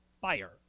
fire